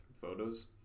photos